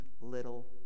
little